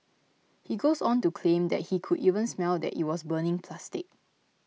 he goes on to claim that he could even smell that it was burning plastic